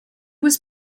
was